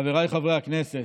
חבריי חברי הכנסת,